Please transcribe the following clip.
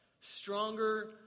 stronger